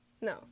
No